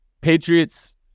Patriots